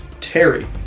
Terry